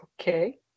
Okay